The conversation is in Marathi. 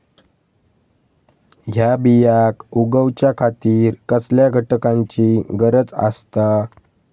हया बियांक उगौच्या खातिर कसल्या घटकांची गरज आसता?